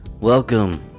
welcome